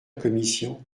commission